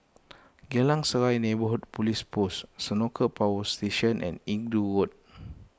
Geylang Serai Neighbourhood Police Post Senoko Power Station and Inggu Road